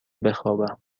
بخوابم